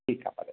ठीकु आहे भले